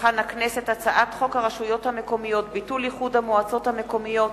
הצעת חוק הרשויות המקומיות (ביטול איחוד המועצות המקומיות